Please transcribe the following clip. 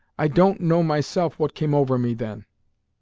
i don't know myself what came over me then.